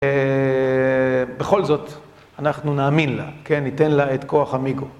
בכל זאת, אנחנו נאמין לה, כן, ניתן לה את כוח המיגו.